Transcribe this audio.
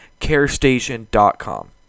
carestation.com